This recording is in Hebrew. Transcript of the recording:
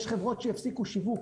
יש חברות שהפסיקו שיווק,